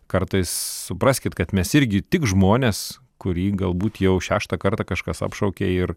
kartais supraskit kad mes irgi tik žmonės kurį galbūt jau šeštą kartą kažkas apšaukė ir